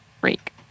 freak